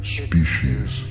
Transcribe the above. species